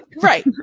Right